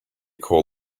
call